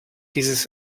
dieses